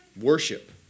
Worship